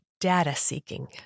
data-seeking